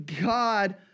God